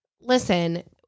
listen